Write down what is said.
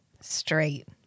straight